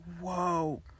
whoa